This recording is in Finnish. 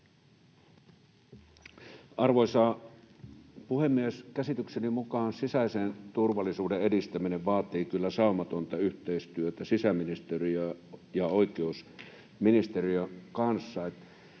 Arvoisa puhemies! Käsitykseni mukaan sisäisen turvallisuuden edistäminen vaatii kyllä saumatonta yhteistyötä sisäministe-riön ja oikeusministeriön kanssa.